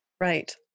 right